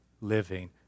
living